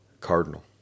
Cardinal